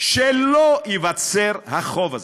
שלא ייווצר החוב הזה.